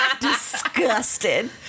disgusted